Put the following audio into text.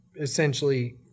essentially